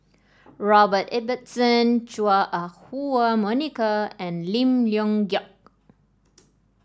Robert Ibbetson Chua Ah Huwa Monica and Lim Leong Geok